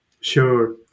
Sure